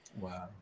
wow